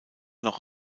noch